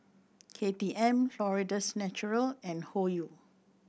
K T M Florida's Natural and Hoyu